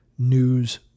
News